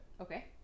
Okay